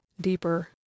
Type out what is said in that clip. deeper